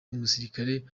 umusirikare